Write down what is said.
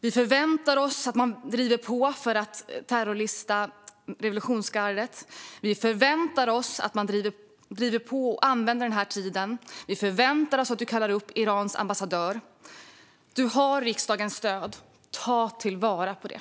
Vi förväntar oss att man driver på för att terrorlista revolutionsgardet. Vi förväntar oss att man driver på och använder denna tid. Vi förväntar oss att utrikesministern kallar upp Irans ambassadör. Han har riksdagens stöd. Ta vara på det!